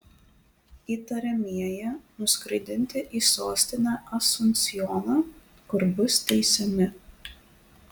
įtariamieji nuskraidinti į sostinę asunsjoną kur bus teisiami